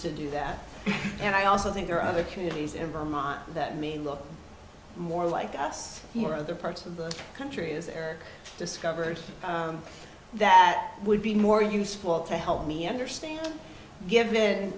to do that and i also think there are other communities in vermont that may look more like us or other parts of the country is there discovered that would be more useful to help me understand give